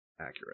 accurate